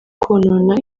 konona